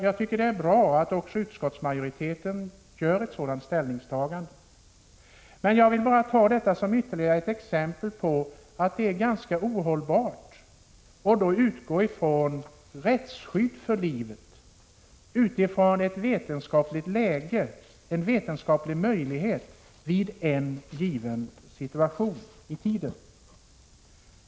Jag tycker att det är bra att även utskottsmajoriteten gör ett sådant ställningstagande. Jag vill bara ta detta som ytterligare ett exempel på att det är ohållbart att utgå ifrån rättsskydd för livet utifrån en vetenskaplig möjlighet vid en given situation i tiden.